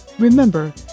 Remember